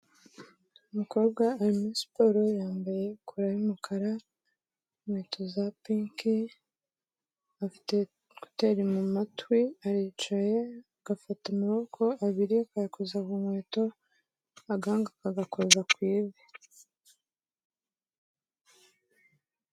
Umukobwa ari muri siporo yambaye kola y'umukara, inkweto za pinki, afite hoteri mu matwi, aricaye agafata amaboko abiri akayakoza ku nkweto agahanga akagakoza ku ivi.